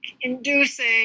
inducing